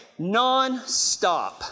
nonstop